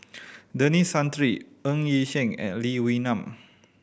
Denis Santry Ng Yi Sheng and Lee Wee Nam